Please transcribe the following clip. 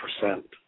percent